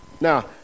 Now